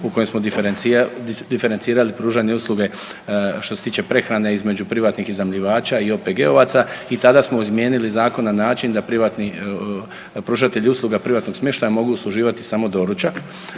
u kojem smo diferencirali pružanje usluge što se tiče prehrane između privatnih iznajmljivača i OPG-ovaca i tada smo izmijenili zakon na način da privatni pružatelji usluga privatnog smještaja mogu usluživati samo doručak,